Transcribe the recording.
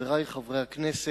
חברי חברי הכנסת,